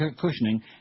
cushioning